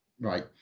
right